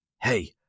Hey